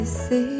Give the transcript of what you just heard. see